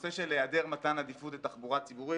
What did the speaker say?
הנושא של היעדר מתן עדיפות לתחבורה ציבורית,